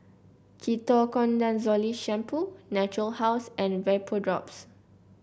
Ketoconazole Shampoo Natura House and Vapodrops